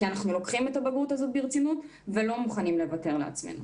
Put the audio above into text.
כי אנחנו לוקחים את הבגרות הזאת ברצינות ולא מוכנים לוותר לעצמנו.